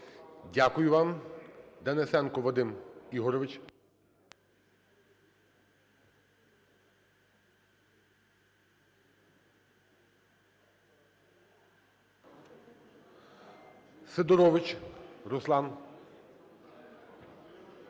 Дякую вам. Денисенко Вадим Ігорович. Сидорович Руслан.